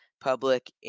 public